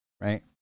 Right